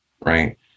Right